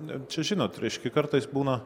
čia žinot reiškia kartais būna